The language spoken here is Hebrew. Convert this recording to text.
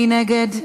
מי נגד?